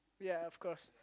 ya of course